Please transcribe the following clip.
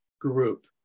group